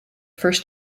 first